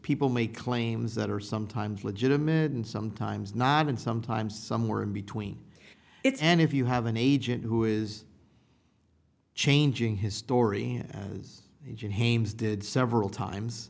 people make claims that are sometimes legitimate and sometimes not and sometimes somewhere in between it's and if you have an agent who is changing his story as james did several times